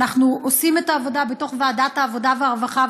אנחנו עושים את העבודה בתוך ועדת העבודה והרווחה,